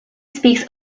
speaks